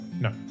No